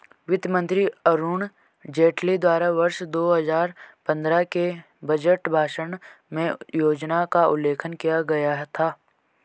वित्त मंत्री अरुण जेटली द्वारा वर्ष दो हजार पन्द्रह के बजट भाषण में योजना का उल्लेख किया गया था